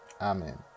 Amen